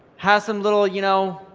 has some little, you know,